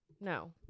No